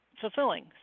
fulfilling